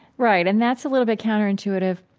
right, and that's a little bit counterintuitive.